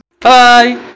bye